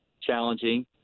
challenging